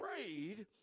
afraid